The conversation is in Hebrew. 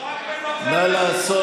רק לדבר אתה יודע,